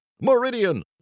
Meridian